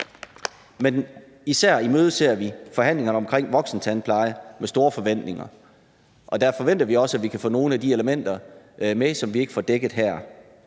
Men især imødeser vi forhandlingerne om voksentandpleje med store forventninger, og der forventer vi også, at vi kan få nogle af de elementer med, som vi ikke får dækket her.